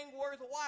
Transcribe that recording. worthwhile